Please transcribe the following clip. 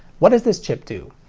what does this chip do?